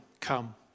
come